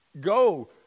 Go